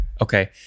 Okay